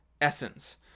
essence